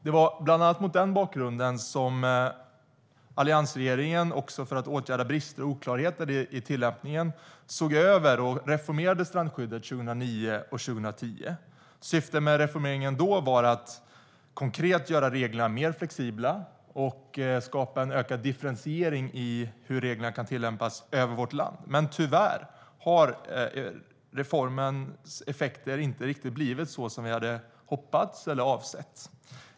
Det var bland annat mot denna bakgrund och för att åtgärda brister och oklarheter i tillämpningen som alliansregeringen såg över och reformerade strandskyddet 2009 och 2010. Syftet med reformeringen var att göra reglerna mer flexibla och skapa en ökad differentiering i hur reglerna kan tillämpas över vårt land. Tyvärr blev reformens effekter inte riktigt dem vi hoppades och avsåg.